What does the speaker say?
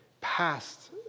past